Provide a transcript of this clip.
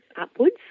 upwards